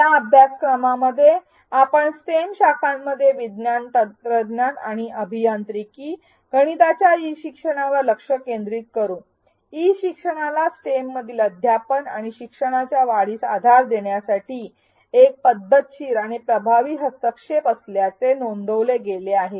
या अभ्यासक्रमामध्ये आपण स्टेम शाखांमध्ये विज्ञान तंत्रज्ञान अभियांत्रिकी आणि गणिताच्या ई शिक्षणावर लक्ष केंद्रित करू ई शिक्षणाला स्टेममधील अध्यापन आणि शिक्षणाच्या वाढीस आधार देण्यासाठी एक पद्धतशीर आणि प्रभावी हस्तक्षेप असल्याचे नोंदवले गेले आहे